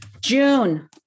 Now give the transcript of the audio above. June